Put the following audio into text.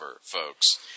folks